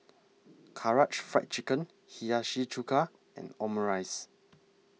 Karaage Fried Chicken Hiyashi Chuka and Omurice